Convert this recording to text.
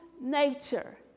nature